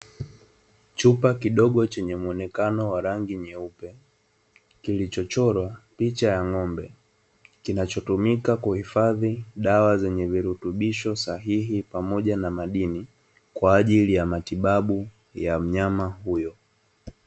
Kichupa kidogo chenye mwonekano wa rangi nyeupe, kilichochorwa picha ya ng'ombe, kinachotumika kuhifadhi dawa zenye virutubisho sahihi pamoja na madini kwaajili ya matibabu ya mnyama huyo.